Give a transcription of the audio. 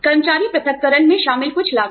कर्मचारी पृथक्करण में शामिल कुछ लागत